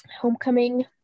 homecoming